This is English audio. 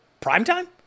primetime